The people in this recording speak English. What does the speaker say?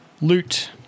Loot